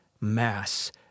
Mass